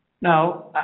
Now